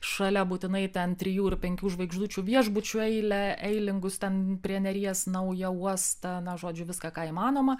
šalia būtinai ten trijų ir penkių žvaigždučių viešbučių eilę eilingus ten prie neries naują uostą na žodžiu viską ką įmanoma